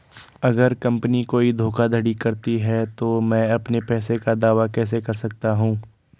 अगर कंपनी कोई धोखाधड़ी करती है तो मैं अपने पैसे का दावा कैसे कर सकता हूं?